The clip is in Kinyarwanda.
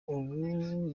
ubu